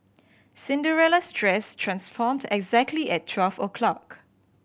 Cinderella's dress transformed exactly at twelve o'clock